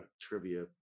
trivia